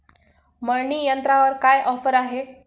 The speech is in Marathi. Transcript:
मळणी यंत्रावर काय ऑफर आहे?